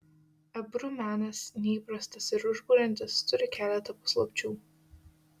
ebru menas neįprastas ir užburiantis turi keletą paslapčių